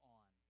on